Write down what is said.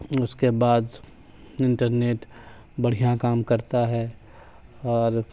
اس کے بعد انٹرنیٹ بڑھیاں کام کرتا ہے اور